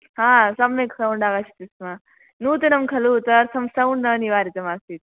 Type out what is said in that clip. हा सम्यक् सौण्ड् आगच्छति स्म नूतनं खलु तदर्थं सौण्ड् न निवारितमासीत्